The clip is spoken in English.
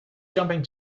jumping